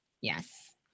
Yes